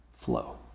flow